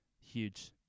huge